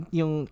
yung